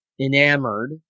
enamored